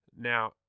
Now